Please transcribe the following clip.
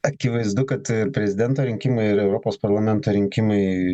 akivaizdu kad ir prezidento rinkimai ir europos parlamento rinkimai